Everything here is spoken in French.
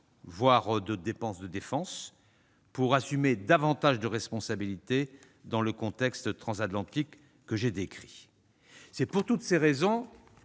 de défense ou d'opérations, pour assumer davantage de responsabilités dans le contexte transatlantique que j'ai décrit. C'est pour toutes ces raisons,